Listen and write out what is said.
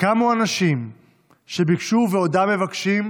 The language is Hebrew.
קמו אנשים שביקשו, ועודם מבקשים,